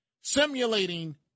simulating